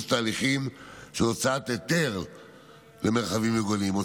תהליכים של הוצאת היתר למרחבים מוגנים.